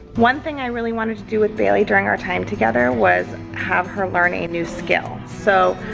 one thing i really wanted to do with bailey during our time together was have her learn a new skill. so,